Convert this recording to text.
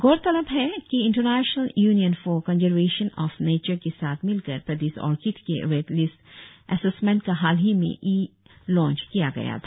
गौरतलब है कि international union for conservation of nature के साथ मिलकर प्रदेश ओर्किड के रेड लिस्ट एसेसमेंट का हाल ही में ई लौंच किया गया था